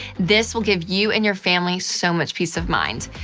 this will give you and your family so much peace of mind.